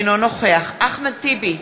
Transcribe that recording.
אינו נוכח אחמד טיבי,